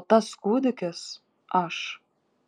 o tas kūdikis aš